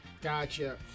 gotcha